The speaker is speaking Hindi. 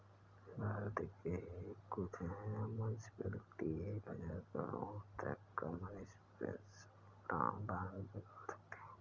भारत के कुछ मुन्सिपलिटी एक हज़ार करोड़ तक का म्युनिसिपल बांड निकाल सकते हैं